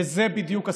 וזה בדיוק הסיפור.